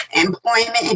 employment